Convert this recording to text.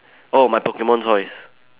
oh my Pokemon toys